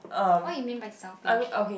what you mean by selfish